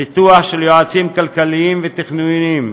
ניתוח של יועצים כלכליים ותכנוניים,